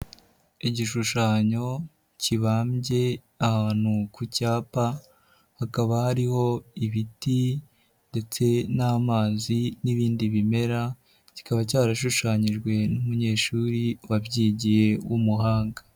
Igishushanyo kibambye ahantu ku cyapa, hakaba hariho ibiti ndetse n'amazi n'ibindi bimera, kikaba cyarashushanyijwe n'umunyeshuri wabyigiye w'umuhanga.